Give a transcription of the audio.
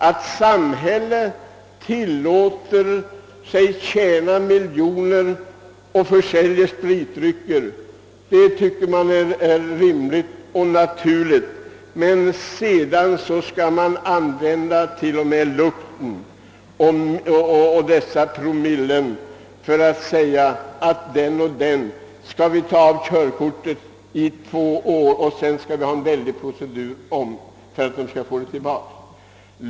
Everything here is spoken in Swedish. Att samhället tillåter sig att tjäna miljoner på försäljningen av spritdrycker finner man rimligt och naturligt — men sedan tillämpas luktoch promilletänkandet för att bestämma att den och den skall fråntas sitt körkort i två år, och så skall det vara en väldig procedur för att vederbörande skall få körkortet tillbaka.